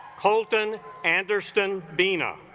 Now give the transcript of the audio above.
colton anderson vena